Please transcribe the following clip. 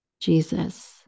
Jesus